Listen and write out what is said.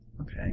Okay